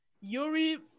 Yuri